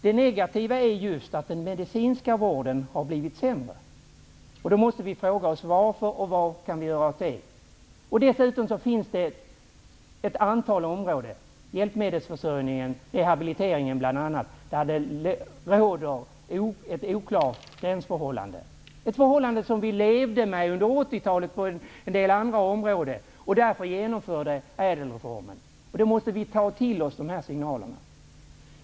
Det negativa är just att den medicinska vården har blivit sämre. Vi måste fråga oss varför det har blivit så och vad vi kan göra åt det. Det finns dessutom ett antal områden, t.ex. hjälpmedelsförsörjningen och rehabiliteringen, där det råder oklara gränsförhållanden. Så var det på en del andra områden under 80-talet, och därför genomförde vi ÄDEL-reformen. Vi måste ta till oss dessa signaler.